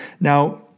Now